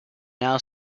now